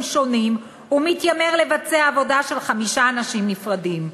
שונים ומתיימר לבצע עבודה של חמישה אנשים נפרדים.